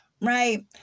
right